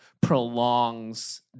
prolongs